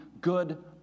good